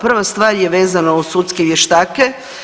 Prva stvar je vezano uz sudske vještake.